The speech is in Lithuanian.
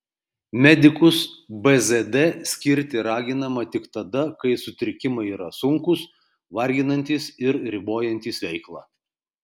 medikus bzd skirti raginama tik tada kai sutrikimai yra sunkūs varginantys ir ribojantys veiklą